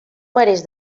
marès